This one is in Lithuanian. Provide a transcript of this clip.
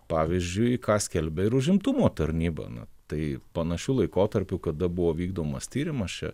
pavyzdžiui ką skelbia ir užimtumo tarnyba na tai panašiu laikotarpiu kada buvo vykdomas tyrimas čia